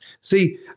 See